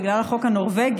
בגלל החוק הנורבגי,